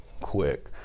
quick